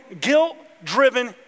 guilt-driven